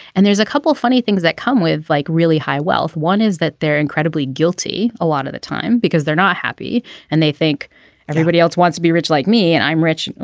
and there's a couple of funny things that come with like really high wealth one is that they're incredibly guilty. a lot of the time because they're not happy and they think everybody else wants to be rich like me and i'm rich. and